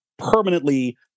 permanently